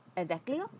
exactly lor